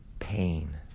Pain